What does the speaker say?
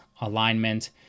alignment